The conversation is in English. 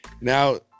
now